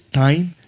time